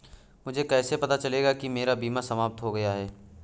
मुझे कैसे पता चलेगा कि मेरा बीमा समाप्त हो गया है?